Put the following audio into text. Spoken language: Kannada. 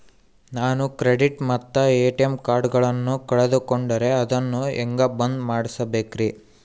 ನಾನು ಕ್ರೆಡಿಟ್ ಮತ್ತ ಎ.ಟಿ.ಎಂ ಕಾರ್ಡಗಳನ್ನು ಕಳಕೊಂಡರೆ ಅದನ್ನು ಹೆಂಗೆ ಬಂದ್ ಮಾಡಿಸಬೇಕ್ರಿ?